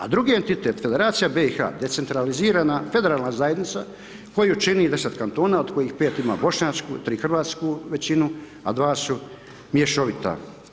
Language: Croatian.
A drugi entitet Federacija BiH-a decentralizirana federalna zajednica koju čini 10 kantona od kojih 5 ima bošnjačku, 3 hrvatsku većinu a 2 su mješovita.